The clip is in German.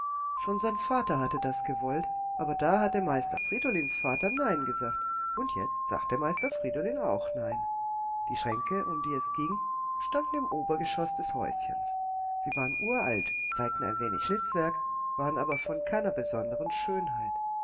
schon sein vater hatte das gewollt aber da hatte meister friedolins vater nein gesagt und jetzt sagte meister friedolin auch nein die schränke um die es ging standen im obergeschoß des häuschens sie waren uralt zeigten ein wenig schnitzwerk waren aber von keiner besonderen schönheit